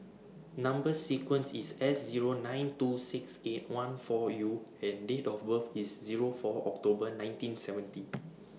Number sequence IS S Zero nine two six eight one four U and Date of birth IS Zero four October nineteen seventy